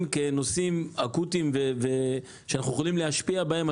כנושאים אקוטיים שאנחנו יכולים להשפיע בהם,